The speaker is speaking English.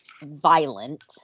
violent